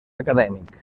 acadèmic